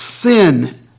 Sin